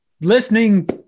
listening